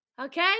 okay